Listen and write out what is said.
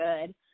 good